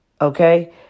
Okay